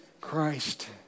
Christ